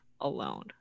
alone